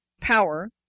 power